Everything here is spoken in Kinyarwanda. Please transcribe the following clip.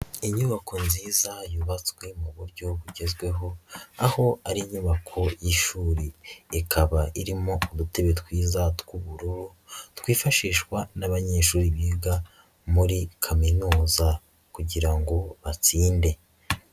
Inyubako nziza yubatswe mu buryo bugezweho, aho ari inyubako y'ishuri, ikaba irimo udutebe twiza tw'ubururu twifashishwa n'abanyeshuri biga muri Kaminuza kugira ngo batsinde.